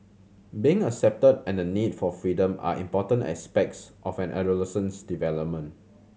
being accepted and the need for freedom are important aspects of an adolescent's development